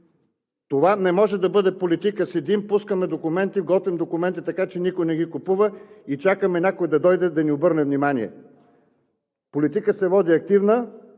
Това не може да бъде политика – седим, пускаме документи, готвим документи така, че никой не ги купува, и чакаме някой да дойде и да ни обърне внимание! Политика се води активно.